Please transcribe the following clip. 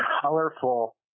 colorful